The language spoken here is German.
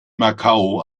macau